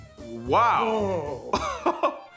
Wow